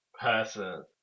person